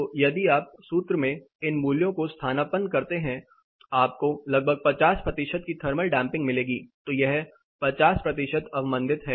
तो यदि आप सूत्र में इन मूल्यों का स्थानापन्न करते हैं आपको लगभग 50 प्रतिशत की थर्मल डैंपिंग मिलेगी तो यह 50 प्रतिशत अवमन्दित है